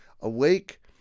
Awake